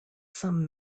some